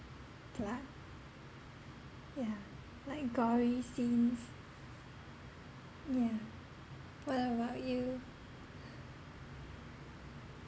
blood yeah like gory scenes yeah what about you